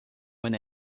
when